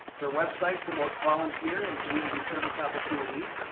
her website promotes volunteer and community service opportunities,